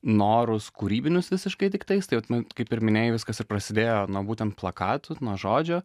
norus kūrybinius visiškai tiktais tai vat kaip ir minėjai viskas ir prasidėjo nuo būtent plakatų nuo žodžio